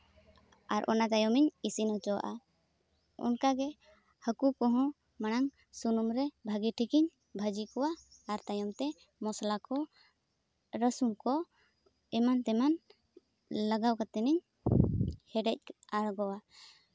ᱟᱨ ᱚᱱᱟ ᱛᱟᱭᱚᱢᱤᱧ ᱤᱥᱤᱱ ᱦᱚᱪᱚᱜᱼᱟ ᱚᱱᱠᱟᱜᱮ ᱦᱟᱹᱠᱩ ᱠᱚᱦᱚᱸ ᱢᱟᱲᱟᱝ ᱥᱩᱱᱩᱢᱨᱮ ᱵᱷᱟᱹᱜᱤ ᱴᱷᱤᱠᱤᱧ ᱵᱷᱟᱹᱡᱤ ᱠᱚᱣᱟ ᱟᱨ ᱛᱟᱭᱚᱢ ᱛᱮ ᱢᱚᱥᱞᱟ ᱠᱚ ᱨᱟᱹᱥᱩᱱ ᱮᱢᱟᱱ ᱛᱮᱢᱟᱱ ᱞᱟᱜᱟᱣ ᱠᱟᱛᱮ ᱤᱧ ᱦᱮᱰᱮᱡ ᱟᱬᱜᱚᱣᱟ